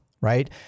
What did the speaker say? right